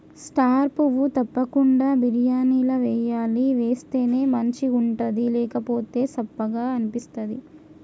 star పువ్వు తప్పకుండ బిర్యానీల వేయాలి వేస్తేనే మంచిగుంటది లేకపోతె సప్పగ అనిపిస్తది